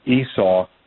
Esau